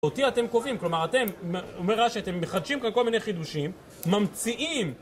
אותי אתם קובעים, כלומר אתם, אומר רש"י, אתם מחדשים כאן כל מיני חידושים, ממציאים